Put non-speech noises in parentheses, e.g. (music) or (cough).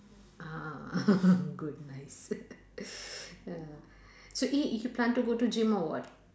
uh (laughs) good nice (laughs) (breath) uh so it you plan to go to gym or what